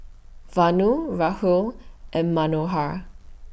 Vanu Rahul and Manohar